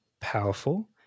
powerful